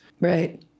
Right